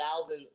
thousand